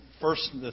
first